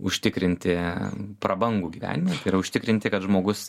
užtikrinti prabangų gyvenimą tai yra užtikrinti kad žmogus